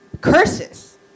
curses